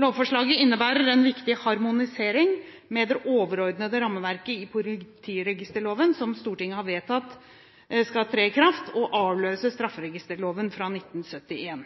Lovforslaget innebærer en viktig harmonisering med det overordnede rammeverket i politiregisterloven, som Stortinget har vedtatt skal tre i kraft og avløse strafferegisterloven fra 1971.